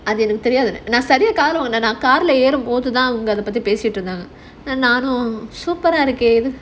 அது எனக்கு தெரியாது நான் சரியாகாதுல வாங்கல:adhu enakku theriyaathu naan sariayaagathula vangala